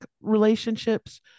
relationships